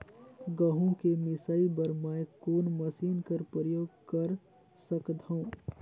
गहूं के मिसाई बर मै कोन मशीन कर प्रयोग कर सकधव?